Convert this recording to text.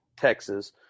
texas